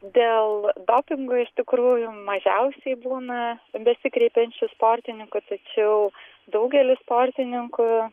dėl dopingo iš tikrųjų mažiausiai būna besikreipiančių sportininkų tačiau daugelis sportininkų